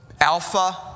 Alpha